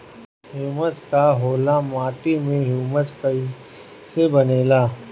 Humus का होला माटी मे ह्यूमस कइसे बनेला?